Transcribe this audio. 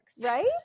Right